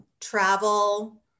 travel